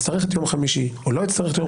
האם אני אצטרך את יום חמישי או לא אצטרך את יום